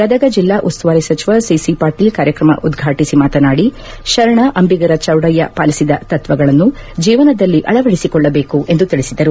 ಗದಗ ಜಿಲ್ಲಾ ಉಸ್ತುವಾರಿ ಸಚಿವ ಸಿಸಿಪಾಟೀಲ್ ಕಾರ್ಯಕ್ರಮ ಉದ್ಘಾಟಿಸಿ ಮಾತನಾಡಿ ಶರಣ ಅಂಬಿಗರ ಚೌಡಯ್ಯ ಪಾಲಿಸಿದ ತತ್ವಗಳನ್ನು ಜೀವನದಲ್ಲಿ ಅಳವಡಿಸಿಕೊಳ್ಳಬೇಕು ಎಂದು ತಿಳಿಸಿದರು